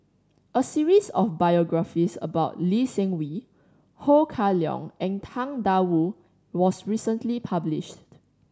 a series of biographies about Lee Seng Wee Ho Kah Leong and Tang Da Wu was recently published